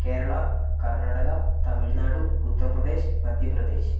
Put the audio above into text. Kerala Karnataka Tamil Nadu Uttar Pradesh Madhya Pradesh